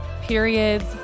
periods